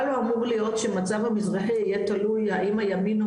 לא אמור להיות שמצב המזרחי יהיה תלוי האם הימין או